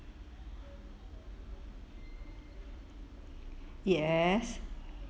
yes